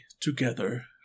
together